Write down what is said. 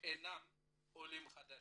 אינם עולים חדשים.